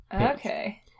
okay